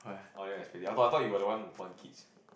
I will never expect this I thought I thought you were the one who want kids